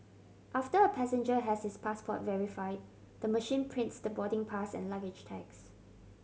after a passenger has his passport verified the machine prints the boarding pass and luggage tags